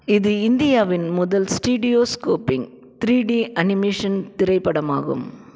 இது இந்தியாவின் முதல் ஸ்டிடியோஸ்கோப்பிங் த்ரீ டி அனிமேஷன் திரைப்படமாகும்